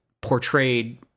portrayed